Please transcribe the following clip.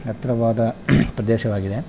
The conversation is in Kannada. ಹತ್ತಿರವಾದ ಪ್ರದೇಶವಾಗಿದೆ